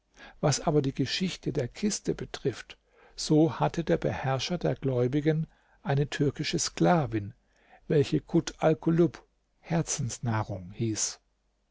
was aber die geschichte der kiste betrifft so hatte der beherrscher der gläubigen eine türkische sklavin welche kut alkulub herzensnahrung hieß